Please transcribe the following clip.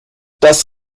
das